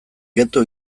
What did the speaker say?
ghetto